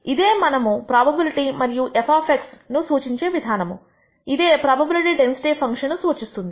ఇదే మనము ప్రోబబిలిటీ మరియు f అను ను సూచించే విధానము ఇదే ప్రోబబిలిటీ డెన్సిటీ ఫంక్షన్ ను నిర్వచిస్తుంది